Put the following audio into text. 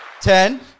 Ten